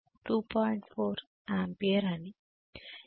4 ampere అని